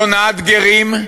להונאת גרים,